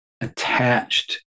attached